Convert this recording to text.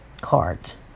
cards